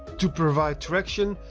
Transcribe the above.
to provide traction,